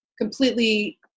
completely